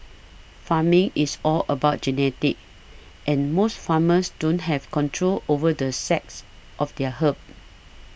farming is all about genetics and most farmers don't have control over the sex of their herd